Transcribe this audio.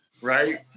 Right